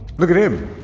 look at him!